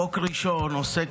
חוק ראשון עוסק